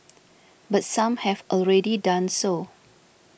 but some have already done so